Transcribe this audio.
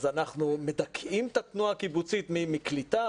אז אנחנו מדכאים את התנועה הקיבוצית מקליטה?